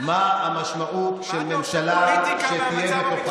מה המשמעות של ממשלה שתהיה בתוכה,